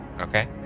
Okay